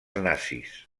nazis